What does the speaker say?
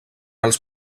els